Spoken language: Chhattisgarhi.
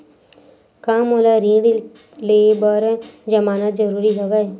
का मोला ऋण ले बर जमानत जरूरी हवय?